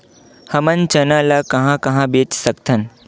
हमन चना ल कहां कहा बेच सकथन?